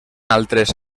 altres